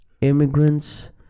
immigrants